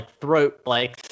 throat-like-